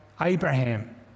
Abraham